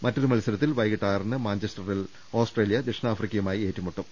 മറ്റൊരു മത്സരത്തിൽ വൈകീട്ട് ന് മാഞ്ചസ്റ്റ റിൽ ഓസ്ട്രേലിയ ദക്ഷിണാഫ്രിക്കയുമായി ഏറ്റുമുട്ടും